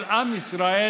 אבל עם ישראל,